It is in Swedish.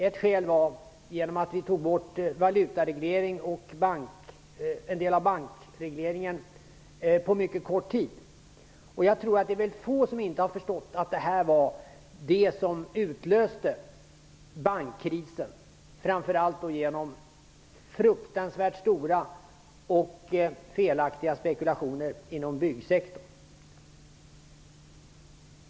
Ett skäl var att vi tog bort valutaregleringen och en del bankregleringar på mycket kort tid. Jag tror att det är få som inte har förstått att det var det som utlöste bankkrisen, framför allt genom fruktansvärt stora och felaktiga spekulationer inom byggsektorn.